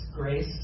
Grace